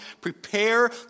prepare